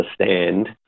understand